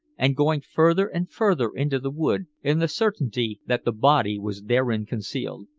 and going further and further into the wood in the certainty that the body was therein concealed.